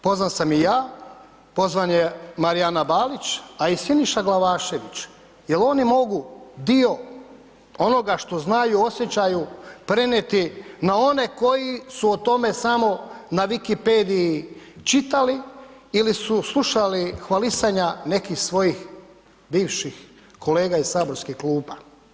Pozvan sam i ja, pozvana je Marijana Balić a i Siniša Glavašević jer oni mogu dio onoga što znaju i osjećaju prenijeti na one koji su o tome samo wikipedia čitali ili su slušali hvalisanja nekih svojih bivših kolega iz saborskih klupa.